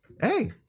hey